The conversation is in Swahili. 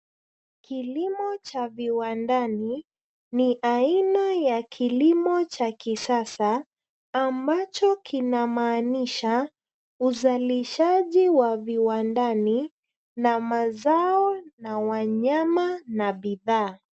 Kilimo cha viwandani ni aina ya kilimo cha kisasa ambacho kinamaanisha uzalishaji wa viwandani na mazao na wanyama na bidhaa.